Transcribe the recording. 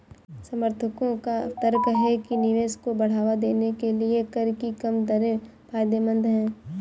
समर्थकों का तर्क है कि निवेश को बढ़ावा देने के लिए कर की कम दरें फायदेमंद हैं